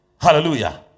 Hallelujah